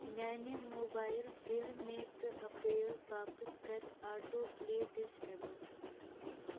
میانہِ mobile bill مے تہٕ اپریل باپتھ کَر آٹو پلے ڈسایبل